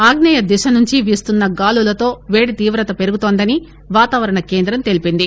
ఆగ్నేయ దిశ నుంచి వీస్తున్న గాలులతో వేడి తీవ్రత పెరుగుతోందని వాతావరణ కేంద్రం తెలిపింది